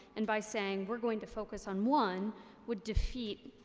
and by saying we're going to focus on one would defeat